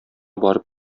барып